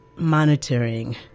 Monitoring